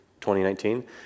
2019